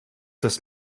das